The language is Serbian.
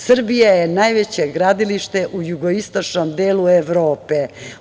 Srbija je najveće gradilište u jugoistočnom delu Evrope.